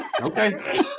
Okay